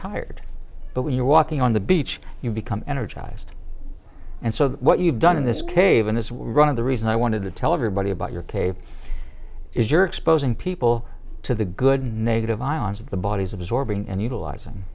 tired but when you're walking on the beach you become energized and so what you've done in this cave in this run of the reason i wanted to tell everybody about your cave is you're exposing people to the good negative ions of the bodies absorbing and utilizing